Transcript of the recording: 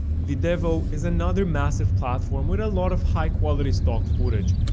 videvo is another massive platform with a lot of high-quality stock footage.